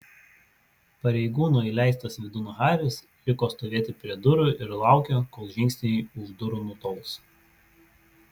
pareigūno įleistas vidun haris liko stovėti prie durų ir laukė kol žingsniai už durų nutols